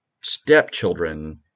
stepchildren